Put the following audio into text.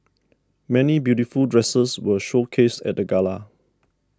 many beautiful dresses were showcased at the gala